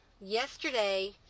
Yesterday